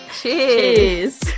cheers